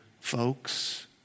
folks